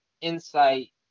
insight